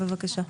בבקשה.